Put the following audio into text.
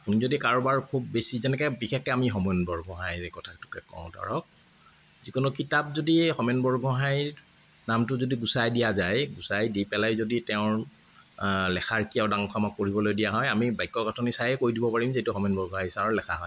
আমি যদি কাৰোবাৰ খুব বেছি যেনেকে বিশেষকে আমি হোমেন বৰগোহাঁইৰে কথা কওঁ ধৰক যিকোনো কিতাপ যদি হোমেন বৰগোহাঁইৰ নামটো যদি গুচাই দিয়া যায় গুচাই দি পেলাই যদি তেওঁৰ লেখাৰ কিয়দাংশ আমাক পঢ়িবলৈ দিয়া হয় আমি বাক্য গাঁথনি চাইয়েই কৈ দিব পাৰিম যে এইটো হোমেন বৰগোঁহাই চাৰৰ লেখা হয়